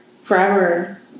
forever